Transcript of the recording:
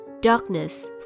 Darkness